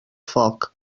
foc